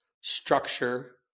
structure